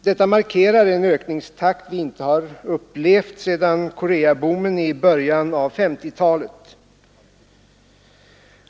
Detta markerar en ökningstakt vi inte har upplevt sedan Koreaboomen i början av 1950-talet.